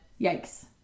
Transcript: yikes